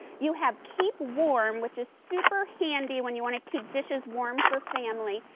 you have keep warm, which is super handy when you want to keep dishes warm for family.